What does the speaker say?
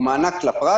הוא מענק לפרט,